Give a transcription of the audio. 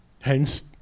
Hence